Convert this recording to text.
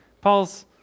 Paul's